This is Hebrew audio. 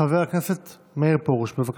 חבר הכנסת מאיר פרוש, בבקשה.